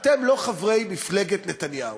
אתם לא חברי מפלגת נתניהו,